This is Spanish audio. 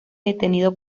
detenido